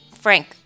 Frank